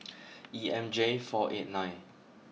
E M J four eight nine